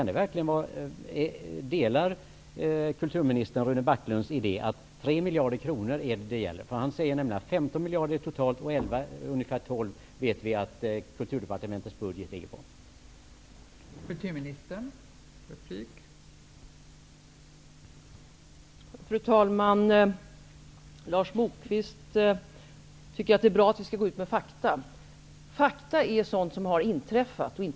Delar kulturministern Rune Backlunds idé om att det är fråga om 3 miljarder kronor? Han säger att det är fråga om totalt 15 miljarder, och vi vet att Kulturdepartementets budget är 11--12 miljarder kronor.